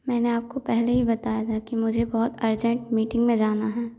मैंने आपको पहले ही बताया था कि मुझे बहुत अर्जेंट मीटिंग में जाना है